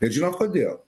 ir žinot kodėl